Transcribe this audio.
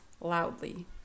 loudly